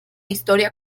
historia